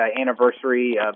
anniversary